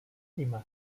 lima